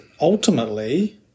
ultimately